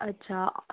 اچھا